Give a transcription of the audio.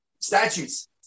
statutes